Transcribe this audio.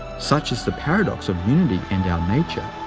such is the paradox of unity and our nature,